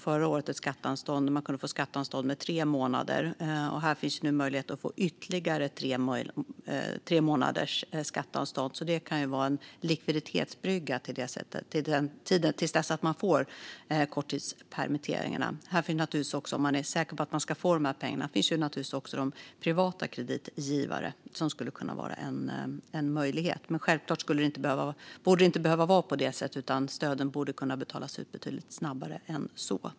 Förra året kunde man få anstånd med skatten i tre månader, och nu finns det möjlighet att få ytterligare tre månaders anstånd med skatten. Det kan alltså vara en likviditetsbrygga till dess man får stödet för korttidspermitteringar. Om man är säker på att man kommer att få de här pengarna finns naturligtvis också privata kreditgivare, vilket skulle kunna vara en möjlighet. Men självklart borde det inte behöva vara på det sättet, utan stöden borde kunna betalas ut betydligt snabbare än så.